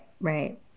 right